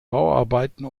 bauarbeiten